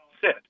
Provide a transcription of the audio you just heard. sit